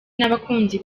n’abakunzi